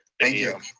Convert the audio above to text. ah you.